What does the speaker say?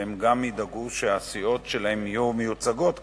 והם גם ידאגו שהסיעות שלהם יהיו מיוצגות כאן,